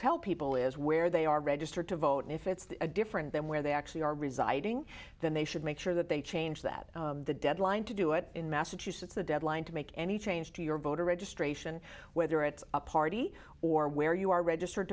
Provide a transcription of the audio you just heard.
tell people is where they are registered to vote and if it's a different than where they actually are residing then they should make sure that they change that the deadline to do it in massachusetts the deadline to make any change to your voter registration whether it's a party or where you are registered